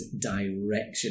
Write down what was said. direction